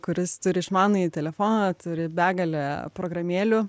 kuris turi išmanųjį telefoną turi begalę programėlių